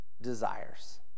desires